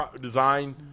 design